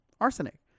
arsenic